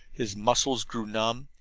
his muscles grew numb,